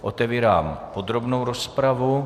Otevírám podrobnou rozpravu.